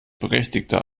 berechtigter